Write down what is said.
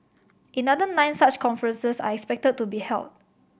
another nine such conferences are expected to be held